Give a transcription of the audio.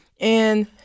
and-